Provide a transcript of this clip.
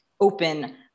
open